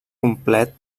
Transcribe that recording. complet